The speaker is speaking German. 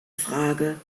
frage